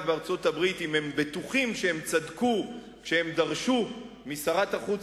בארצות-הברית אם הם בטוחים שהם צדקו כשהם דרשו משרת החוץ